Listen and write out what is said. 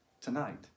tonight